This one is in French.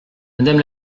madame